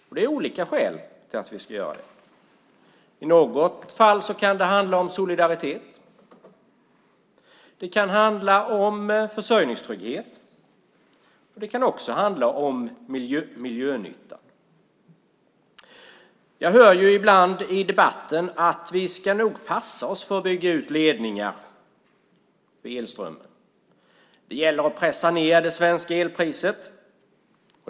Det finns olika skäl till det. I något fall kan det handla om solidaritet. Det kan handla om försörjningstrygghet. Det kan också handla om miljönytta. Jag hör ibland i debatten att vi nog ska passa oss för att bygga ut ledningar för elströmmen. Det gäller att pressa ned det svenska elpriset.